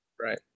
Right